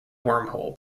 wormhole